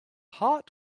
hot